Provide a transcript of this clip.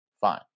fine